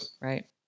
Right